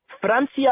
Francia